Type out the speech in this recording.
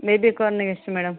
baby ಕಾರ್ನಿಗೆ ಎಷ್ಟು madam